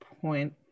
point